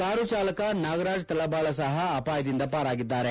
car ಚಾಲಕ ನಾಗರಾಜಿ ತಳಬಾಳ ಸಹಾ ಅಪಾಯದಿಂದ ಪಾರಾಗಿದ್ದಾರೆ